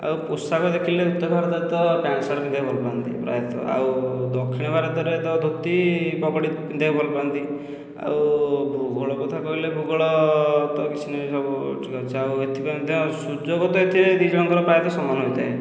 ଆଉ ପୋଷାକ ଦେଖିଲେ ଉତ୍ତର ଭାରତରେ ତ ପ୍ୟାଣ୍ଟ ସାର୍ଟ ପିନ୍ଧିବାକୁ ଭଲ ପାଆନ୍ତି ପ୍ରାୟତଃ ଆଉ ଦକ୍ଷିଣ ଭାରତରେ ତ ଧୋତି ପଗଡ଼ି ପିନ୍ଧିବାକୁ ଭଲ ପାଆନ୍ତି ଆଉ ଭୂଗୋଳ କଥା କହିଲେ ଭୂଗୋଳ ତ କିଛି ନାହିଁ ସବୁ ଠିକ ଅଛି ଆଉ ଏଥିପାଇଁ ମଧ୍ୟ ସୁଯୋଗ ତ ଏଥିରେ ଦୁଇ ଜଣଙ୍କର ପ୍ରାୟତଃ ସମାନ ହୋଇଥାଏ